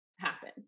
happen